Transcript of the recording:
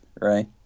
right